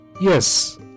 Yes